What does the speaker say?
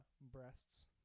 breasts